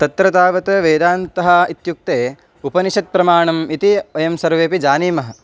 तत्र तावत् वेदान्तः इत्युक्ते उपनिषत्प्रमाणम् इति वयं सर्वेपि जानीमः